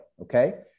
okay